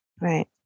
Right